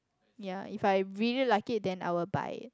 ya if I really like it then I will buy it